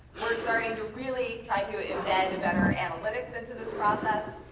we're starting to really try to embed a better analytics into this process.